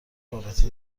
رابطه